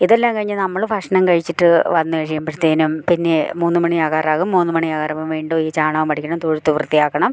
ഇതെല്ലാം കഴിഞ്ഞു നമ്മൾ ഭക്ഷണം കഴിച്ചിട്ട് വന്നു കഴിയുമ്പോഴത്തേനും പിന്നെ മൂന്ന് മണിയാകാറാകും മൂന്ന് മണിയാകാറാകുമ്പം വീണ്ടും ഈ ചാണകം വടിക്കണം തൊഴുത്തു വൃത്തിയാക്കണം